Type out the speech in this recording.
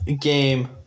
game